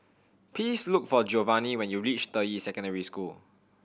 please look for Giovanny when you reach Deyi Secondary School